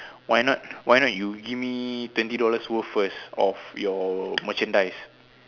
why not why not you give me twenty dollars worth first of your merchandise